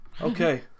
Okay